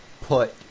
put